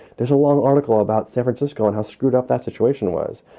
there's a long article about san francisco and how screwed up that situation was.